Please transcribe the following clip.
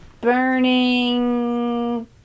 burning